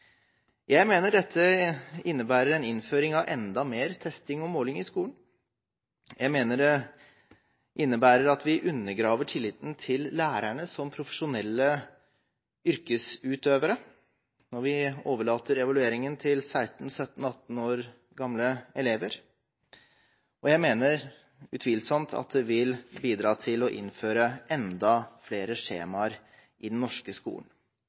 Jeg mener dette innebærer en innføring av enda mer testing og måling i skolen. Jeg mener det innebærer at vi undergraver tilliten til lærerne som profesjonelle yrkesutøvere når vi overlater evalueringen til 16–18 år gamle elever, og jeg mener utvilsomt at det vil bidra til å innføre enda flere skjemaer i den norske skolen.